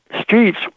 streets